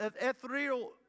ethereal